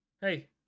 Hey